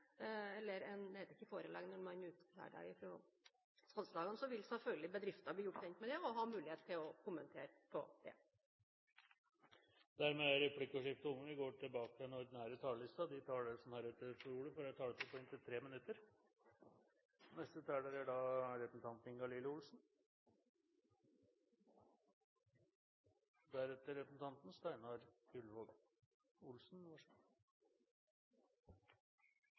heter ikke forelegg når det er utferdiget fra salgslagene – vil selvfølgelig bedriftene bli gjort kjent med det og ha mulighet til å kommentere det. Replikkordskiftet er dermed omme. De talere som heretter får ordet, har en taletid på inntil 3 minutter. Råfiskloven er